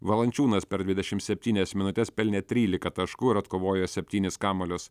valančiūnas per dvidešimt septynias minutes pelnė trylika taškų ir atkovojo septynis kamuolius